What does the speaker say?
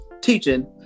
teaching